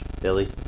Billy